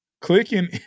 Clicking